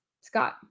Scott